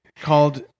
called